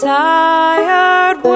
tired